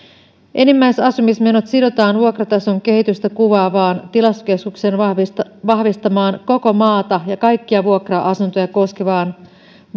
enimmäisasumismenot sidotaan vuokratason kehitystä kuvaavaan tilastokeskuksen vahvistamaan koko maata ja kaikkia vuokra asuntoja koskevaan